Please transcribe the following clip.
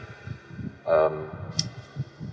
um